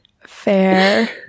Fair